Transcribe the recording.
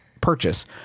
purchase